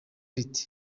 rite